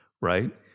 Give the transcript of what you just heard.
right